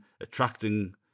attracting